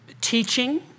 teaching